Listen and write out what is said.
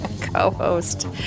Co-host